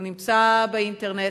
הוא נמצא באינטרנט,